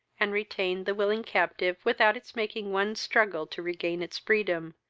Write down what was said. and retained the willing captive without its making one struggle to regain its freedom,